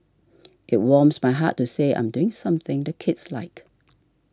it warms my heart to say I'm doing something the kids like